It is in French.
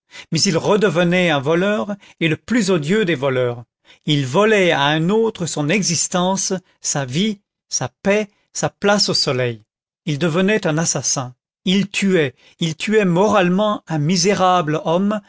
mais il redevenait un voleur et le plus odieux des voleurs il volait à un autre son existence sa vie sa paix sa place au soleil il devenait un assassin il tuait il tuait moralement un misérable homme